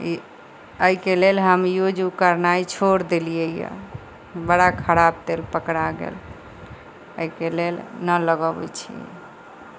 ई एहिके लेल हम यूज ओ करनाइ छोड़ि देलिए अइ बड़ा खराब तेल पकड़ा गेल एहिके लेल नहि लगाबै छिए